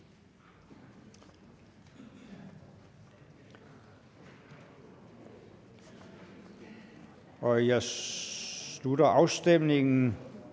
Vi slutter afstemningen.